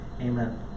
amen